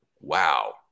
Wow